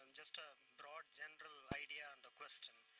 and just a broad, general idea and a question.